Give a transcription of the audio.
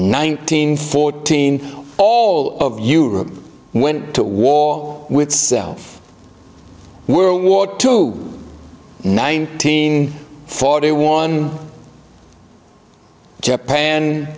nineteen fourteen all of europe went to war with self world war two nineteen forty one japan